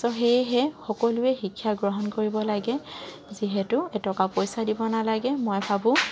ছ' সেয়েহে সকলোৱে শিক্ষা গ্ৰহণ কৰিব লাগে যিহেতু এটকা পইচা দিব নালাগে মই ভাবোঁ